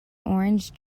orange